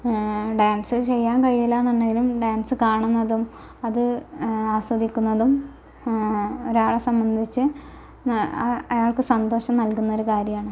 dance ചെയ്യാൻ കഴിയില്ല എന്നുണ്ടെങ്കിലും ഡാൻസ് കാണുന്നതും അത് ആസ്വദിക്കുന്നതും ഒരാളെ സംബന്ധിച്ച് അയാൾക്ക് സന്തോഷം നൽകുന്ന ഒരു കാര്യമാണ്